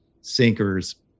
sinkers